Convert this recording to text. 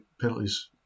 penalties